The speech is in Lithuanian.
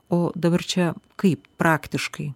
o dabar čia kaip praktiškai